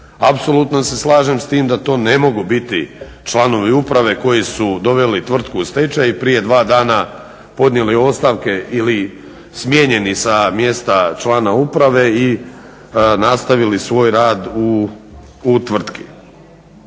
Apsolutno se slažem sa time da to ne mogu biti članovi uprave koji su doveli tvrtku u stečaj i prije dva dana podnijeli ostavke ili smijenjeni sa mjesta člana uprave i nastavili svoj rad u tvrtki.